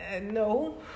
no